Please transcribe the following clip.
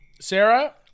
Sarah